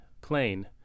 plane